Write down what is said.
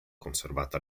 conservata